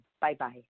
Bye-bye